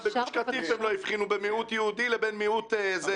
גם בגוש קטיף הם לא הבחינו בין מיעוט יהודי למיעוט אחר.